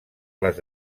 les